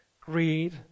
greed